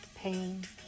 Pain